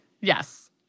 Yes